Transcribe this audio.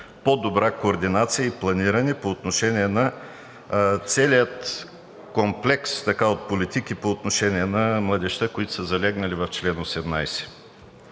по-добра координация и планиране по отношение на целия комплекс от политики по отношение на младежта, които са залегнали в чл. 18.